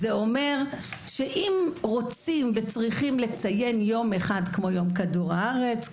זה אומר שאם וצריכים לציין יום אחד כמו יום כדור הארץ,